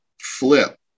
Flip